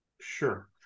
Sure